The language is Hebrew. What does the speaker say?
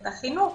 את החינוך.